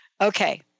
Okay